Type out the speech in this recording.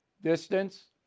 distance